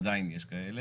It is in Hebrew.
עדיין יש כאלה.